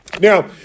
Now